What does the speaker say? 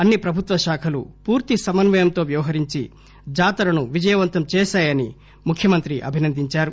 అన్ని ప్రభుత్వ శాఖలు పూర్తి సమన్వయంతో వ్యవహరించి జాతరను విజయవంతం చేశాయని ముఖ్యమంత్రి అభినందించారు